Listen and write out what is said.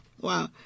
Wow